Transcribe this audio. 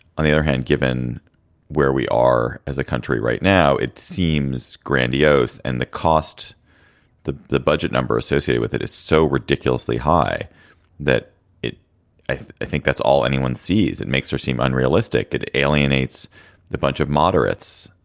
on the other hand, given where we are as a country right now, it seems grandiose. and the cost to the budget number associated with it is so ridiculously high that it i think that's all anyone sees. it makes her seem unrealistic and alienates the bunch of moderates.